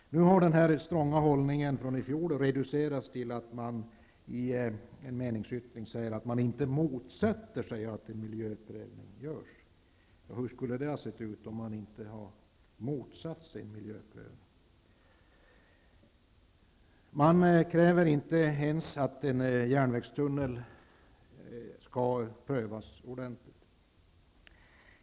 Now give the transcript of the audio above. Nu har den stronga hållningen från i fjol reducerats till att man i en meningsyttring säger att man inte motsätter sig att en miljöprövning görs. Hur skulle det ha sett ut, om man hade motsatt sig en miljöprövning. Man kräver inte ens att en järnvägstunnel skall prövas ordentligt.